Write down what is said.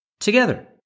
together